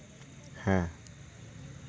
ᱦᱮᱸ